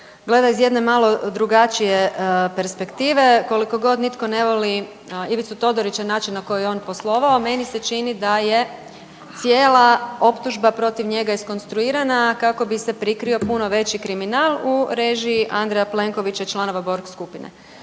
gleda iz jedne malo drugačije perspektive. Koliko god nitko ne voli Ivicu Todoriću i načina na koji je on poslovao meni se čini da je cijela optužba protiv njega iskonstruirana kako bi se prikrio puno veći kriminal u režiji Andreja Plenkovića i članova borg skupine.